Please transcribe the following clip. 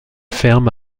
ferme